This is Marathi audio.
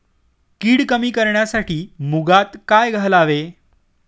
कीड कमी करण्यासाठी मुगात काय घालावे?